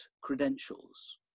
credentials